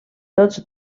tots